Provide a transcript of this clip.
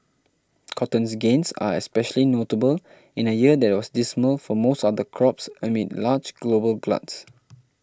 cotton's gains are especially notable in a year that was dismal for most other crops amid large global gluts